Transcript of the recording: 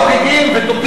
כבר חוגגים בתופים.